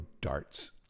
darts